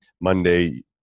Monday